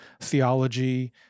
theology